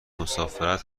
مسافرت